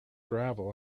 gravel